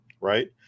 right